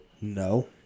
no